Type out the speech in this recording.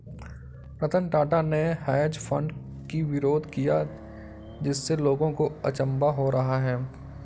रतन टाटा ने hedge fund की विरोध किया जिससे लोगों को अचंभा हो रहा है